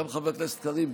גם חבר הכנסת קריב,